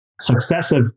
successive